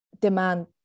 demand